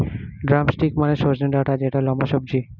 drumstick মানে সজনে ডাটা যেটা লম্বা সবজি